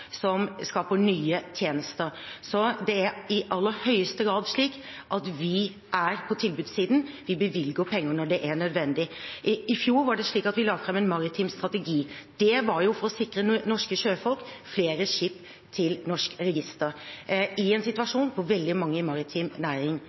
som skaper nye tjenester. Så det er i aller høyeste grad slik at vi er på tilbudssiden – vi bevilger penger når det er nødvendig. I fjor la vi fram en maritim strategi. Det var for å sikre norske sjøfolk flere skip til norsk register, i en